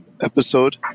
episode